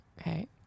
okay